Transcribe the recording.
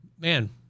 man